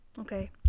Okay